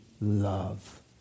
love